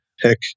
pick